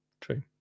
True